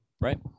Right